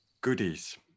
goodies